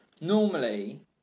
normally